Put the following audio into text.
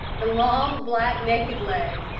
the long black naked legs,